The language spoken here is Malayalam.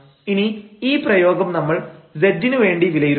ഇനി ഈ പ്രയോഗം നമ്മൾ z നു വേണ്ടി വിലയിരുത്തും